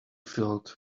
filled